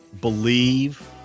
believe